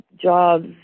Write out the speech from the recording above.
jobs